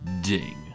Ding